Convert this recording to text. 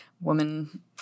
woman